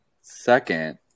second